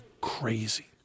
crazy